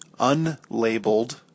unlabeled